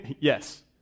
Yes